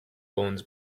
bones